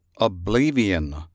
oblivion